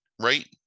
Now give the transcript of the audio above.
right